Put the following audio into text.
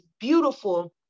beautiful